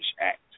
act